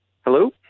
Hello